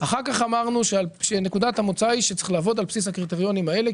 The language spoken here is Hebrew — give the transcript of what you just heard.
אחר כך אמרנו שנקודת המוצא היא שצריך לעבוד על בסיס הקריטריונים האלה,